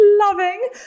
loving